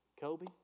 Kobe